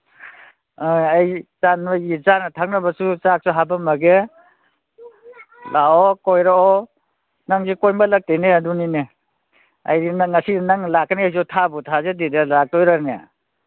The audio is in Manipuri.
ꯍꯣꯏ ꯑꯩ ꯆꯥꯛ ꯅꯣꯏꯒꯤ ꯆꯥꯅ ꯊꯛꯅꯕꯁꯨ ꯆꯥꯛꯁꯨ ꯍꯥꯞꯄꯝꯃꯒꯦ ꯂꯥꯛꯑꯣ ꯀꯣꯏꯔꯛꯑꯣ ꯅꯪꯁꯦ ꯀꯣꯏꯃꯜꯂꯛꯇꯦꯅꯦ ꯑꯗꯨꯅꯤꯅꯦ ꯑꯩ ꯉꯁꯤꯁꯨ ꯅꯪ ꯂꯥꯛꯀꯅꯤ ꯍꯥꯏꯁꯨ ꯊꯥꯕꯨ ꯊꯥꯖꯗꯦꯗ ꯂꯥꯛꯇꯣꯏꯔꯅꯦ